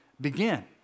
begin